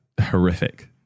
horrific